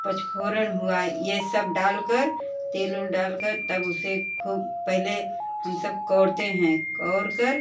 पछोरन हुआ ये सब डालकर तेल ओल डालकर तब उसे खूब पहले हम सब कौरते हैं कौर कर